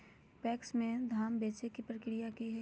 PACS में धाम बेचे के प्रक्रिया की हय?